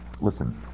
Listen